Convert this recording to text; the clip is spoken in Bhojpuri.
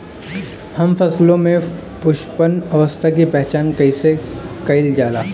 हम फसलों में पुष्पन अवस्था की पहचान कईसे कईल जाला?